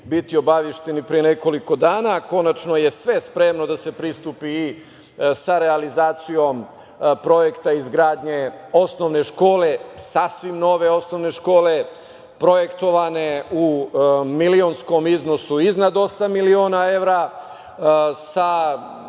biti obavešteni pre nekoliko dana, konačno je sve spremno da se pristupi realizaciji projekta izgradnje osnovne škole, sasvim nove osnovne škole, projektovane u milionskom iznosu iznad osam miliona evra, sa